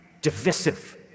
divisive